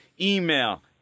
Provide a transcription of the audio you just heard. Email